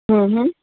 હમ હ